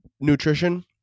nutrition